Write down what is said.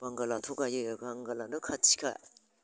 बांगालाथ' गायो बांगालानो खाथिखा